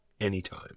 anytime